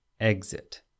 Exit